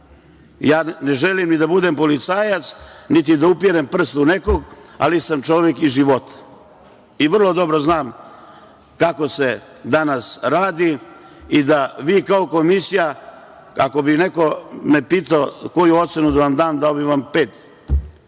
ne želim ni da budem policajac, niti da upirem prst u nekog, ali sam čovek iz života i vrlo dobro znam kako se danas radi i da vi kao Komisija, ako bi me neko pitao koju ocenu da vam dam, dao bih vam 5,